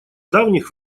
давних